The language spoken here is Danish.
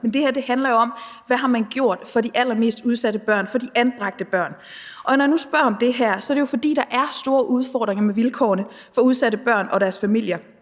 Men det her handler jo om, hvad man har gjort for de allermest udsatte børn, for de anbragte børn. Når jeg nu spørger om det her, er det jo, fordi der er store udfordringer med vilkårene for udsatte børn og deres familier,